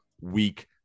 week